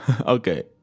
Okay